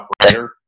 operator